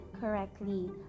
correctly